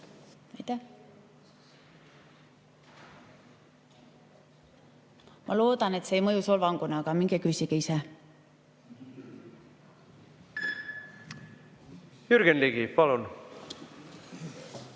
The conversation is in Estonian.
Ma loodan, et see ei mõju solvanguna, aga minge küsige ise. Jürgen Ligi, palun!